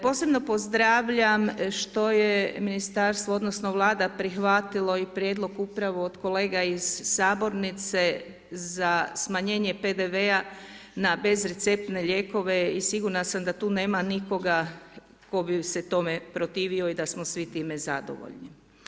Posebno pozdravljam što je ministarstvo odnosno Vlada prihvatilo i prijedlog upravo od kolega iz sabornice za smanjenje PDV-a na bezreceptne lijekove i sigurna sam da tu nema nikoga tko bi se tome protivio i da smo svi time zadovoljni.